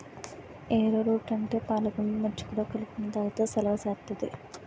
ఏరో route అంటే పాలగుండని మజ్జిగలో కలుపుకొని తాగితే సలవ సేత్తాది